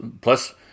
plus